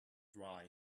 dry